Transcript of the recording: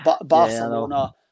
Barcelona